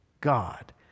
God